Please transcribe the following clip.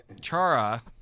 Chara